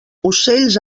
ocells